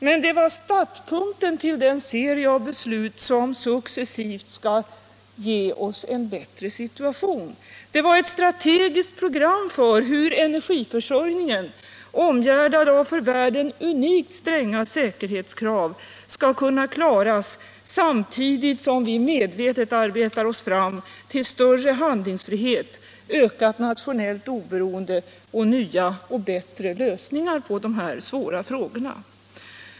Men det var startpunkten till den serie av beslut som successivt skall ge oss en bättre situation! Det var ett strategiskt program för hur energiförsörjningen, omgärdad av för världen unikt stränga säkerhetskrav, skall kunna klaras, samtidigt som vi medvetet arbetar oss fram till större handlingsfrihet, ökat nationellt oberoende och nya och bättre lösningar på dessa svåra frågor.